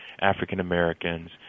African-Americans